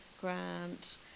Grant